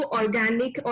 organic